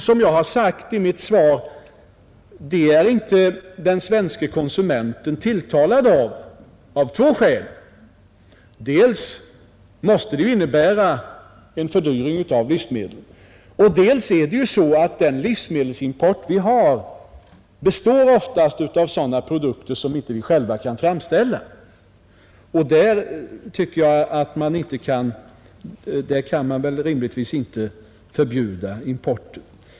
Som jag har sagt i mitt svar är detta någonting som den svenske konsumenten inte är tilltalad av — av två skäl: dels måste det ju innebära en fördyring av livsmedlen, dels består den livsmedelsimport vi har oftast av sådana produkter som vi inte själva kan framställa. Därför tycker jag att man rimligtvis inte kan förbjuda importen.